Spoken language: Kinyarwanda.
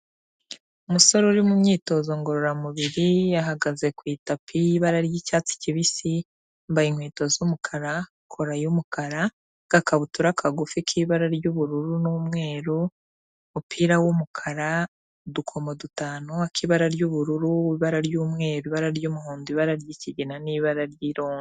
Umusore uri mu myitozo ngororamubiri yahagaze ku itapi y'ibara ry'icyatsi kibisi, yambaye inkweto z'umukara, kola y'umukara n'akabutura kagufi k'ibara ry'ubururu n'umweru, umupira w'umukara, udukomo dutanu, ak'ibara ry'ubururu, ibara ry'umweru, ibara ry'umuhondo, ibara ry'ikigina n'ibara ry'iro...